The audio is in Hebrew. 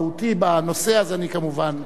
אם לא אפגע באופן מהותי בנושא, אז אני כמובן,